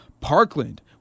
Parkland